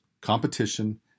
competition